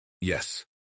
Yes